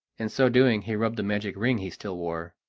in so doing he rubbed the magic ring he still wore.